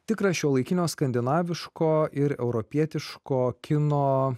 tikras šiuolaikinio skandinaviško ir europietiško kino